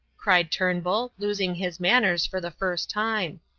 cried turnbull, losing his manners for the first time.